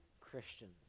Christians